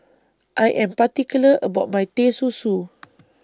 I Am particular about My Teh Susu